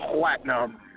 Platinum